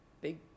big